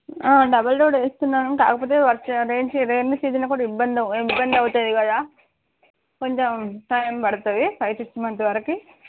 double road వేస్తున్నారు కాకపోతే వర్షం రేయిని సీజన్ రేయిని సీజన్ ఇబ్బం ఇబ్బంది అవుతుంది కదా కొంచెం టైం పడుతుంది ఫైవ్ టు సిక్స్ మంత్స్ వరకు